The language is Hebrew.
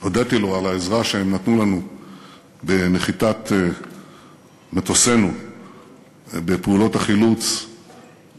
הודיתי לו על העזרה שהם נתנו לנו בנחיתת מטוסינו לפעולות החילוץ בנפאל,